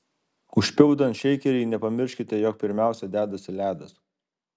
užpildant šeikerį nepamirškite jog pirmiausia dedasi ledas